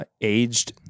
aged